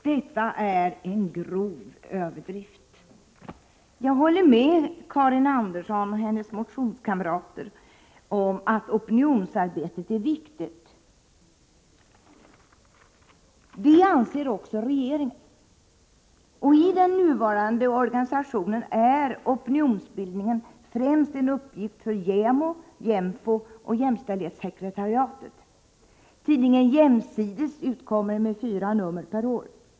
Detta är en grov överdrift. Jag håller med Karin Andersson och hennes medmotionärer om att opinionsarbetet är viktigt. Det anser också regeringen. I den nuvarande organisationen är opinionsbildningen främst en uppgift för JämO, JÄMFO och jämställdhetssekretariatet. Tidningen JÄMSIDES utkommer med fyra nummer per år.